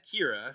Kira